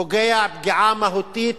פוגע פגיעה מהותית